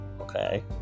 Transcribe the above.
Okay